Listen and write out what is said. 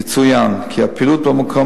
יצוין כי הפעילות במקום,